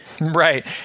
Right